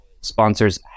sponsors